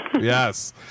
yes